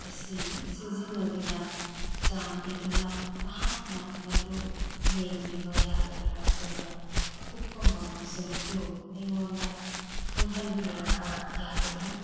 ꯑꯁꯤ ꯁꯤꯖꯤꯟꯅꯗꯨꯅ ꯆꯥꯟꯕꯤꯗꯨꯅ ꯅꯍꯥꯛꯅ ꯃꯗꯨ ꯌꯦꯡꯕꯤꯕ ꯌꯥꯒꯗ꯭ꯔꯥ ꯑꯗꯨꯒ ꯑꯀꯨꯞꯄ ꯃꯔꯣꯜꯁꯤꯡ ꯑꯗꯨ ꯑꯩꯉꯣꯟꯗ ꯈꯪꯍꯟꯕꯤꯔꯛꯄ ꯌꯥꯒꯗ꯭ꯔꯥ